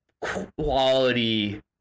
quality